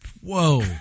Whoa